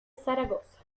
zaragoza